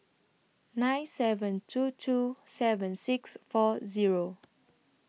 nine seven two two seven six four Zero